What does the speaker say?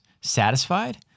satisfied